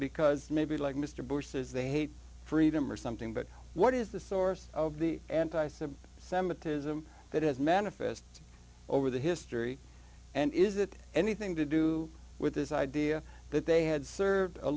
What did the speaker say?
because maybe like mr bush says they hate freedom or something but what is the source of the anti some semitism that is manifest over the history and is it anything to do with this idea that they had served a